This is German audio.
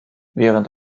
während